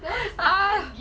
ah